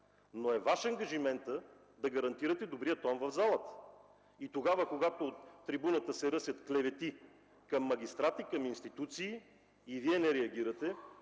Но е Ваш ангажиментът да гарантирате добрия тон в залата и когато от трибуната се ръсят клевети към магистрати, към институции и Вие не реагирате,